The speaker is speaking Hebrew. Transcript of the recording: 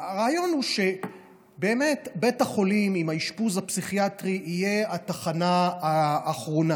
הרעיון הוא שבאמת בית החולים עם האשפוז הפסיכיאטרי יהיה התחנה האחרונה,